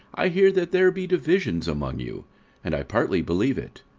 i hear that there be divisions among you and i partly believe it.